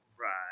Right